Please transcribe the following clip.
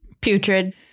Putrid